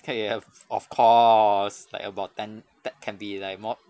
可以 of course like about ten that can be like more